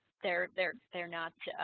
they're they're they're not